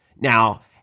Now